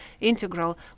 integral